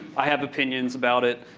i have opinions about it.